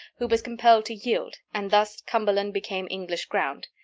who was compelled to yield, and thus cumberland became english ground.